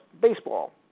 Baseball